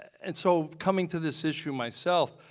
and so coming to this issue myself